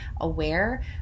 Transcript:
aware